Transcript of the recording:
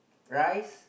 rice